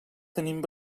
tenint